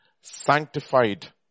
sanctified